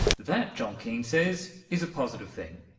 that, john keane says, is a positive thing.